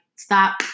Stop